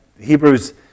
Hebrews